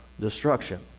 destruction